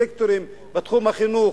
סקטורים בתחום החינוך,